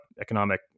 economic